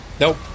Nope